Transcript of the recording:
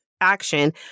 action